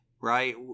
right